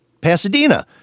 Pasadena